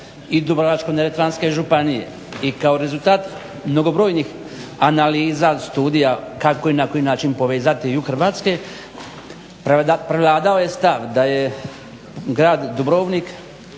i Dubrovačko-neretvanske županije. I kao rezultat mnogobrojnih analiza, studija, kako i na koji način povezati jug Hrvatske prevladao je stav da je grad Dubrovnik,